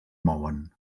mouen